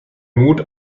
mut